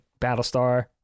Battlestar